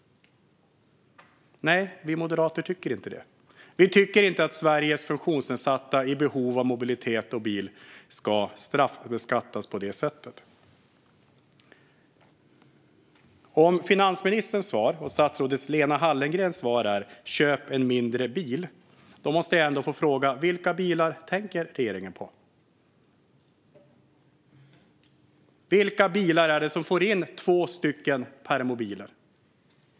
Nej, det tycker inte vi moderater. Vi tycker inte att Sveriges funktionsnedsatta i behov av mobilitet och bil ska straffbeskattas på detta sätt. Om finansministerns och statsrådet Lena Hallengrens svar är "Köp en mindre bil!" måste jag ändå få fråga: Vilka bilar tänker regeringen på? Vilka bilar kan ta två permobiler?